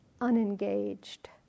unengaged